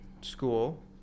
school